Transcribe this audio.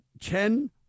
Chen